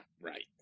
right